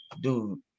dude